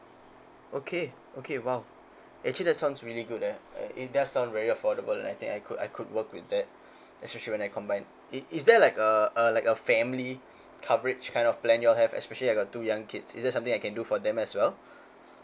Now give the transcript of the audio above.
okay okay !wow! actually that sounds really good that eh it does sound very affordable I think I could I could work with especially when I combine is is there like a a like a family coverage kind of plan y'all have especially I got two young kids is there something I can do for them as well